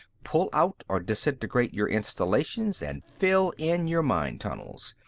pull out or disintegrate your installations, and fill in your mine-tunnels.